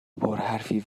پرحرفی